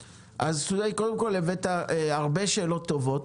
קודם כול, העלית הרבה שאלות טובות.